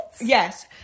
Yes